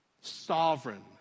sovereign